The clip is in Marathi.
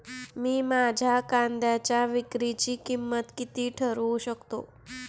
मी माझ्या कांद्यांच्या विक्रीची किंमत किती ठरवू शकतो?